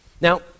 Now